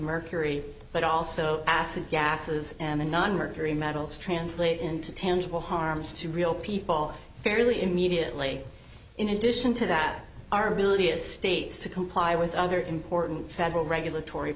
mercury but also acid gases and the non mercury metals translate into tangible harms to real people fairly immediately in addition to that our ability as states to comply with other important federal regulatory